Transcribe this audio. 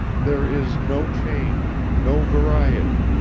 there is no change, no variety,